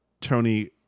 Tony